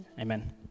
amen